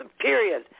Period